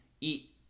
eat